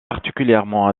particulièrement